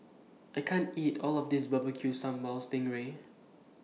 I can't eat All of This Barbecue Sambal Sting Ray